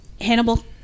Hannibal